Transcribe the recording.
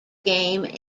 game